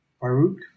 Baruch